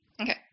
Okay